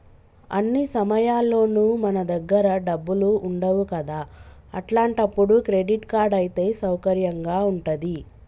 అన్ని సమయాల్లోనూ మన దగ్గర డబ్బులు ఉండవు కదా అట్లాంటప్పుడు క్రెడిట్ కార్డ్ అయితే సౌకర్యంగా ఉంటది